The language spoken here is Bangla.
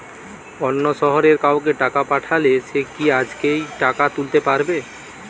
অন্য শহরের কাউকে টাকা পাঠালে সে কি আজকেই টাকা তুলতে পারবে?